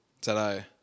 today